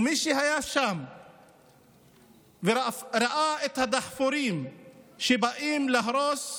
ומי שהיה שם וראה את הדחפורים שבאים להרוס,